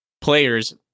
players